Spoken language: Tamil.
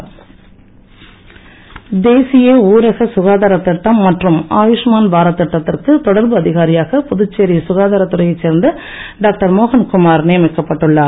நியமனம் தேசிய ஊரக சுகாதார திட்டம் மற்றும் ஆயுஷ்மான்பாரத் திட்டத்திற்கு தொடர்பு அதிகாரியாக புதுச்சேரி சுகாதாரத்துறையைச் சேர்ந்த டாக்டர் மோகன் குமார் நியமிக்கப்பட்டுள்ளார்